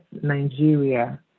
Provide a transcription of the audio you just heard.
Nigeria